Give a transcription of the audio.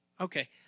Okay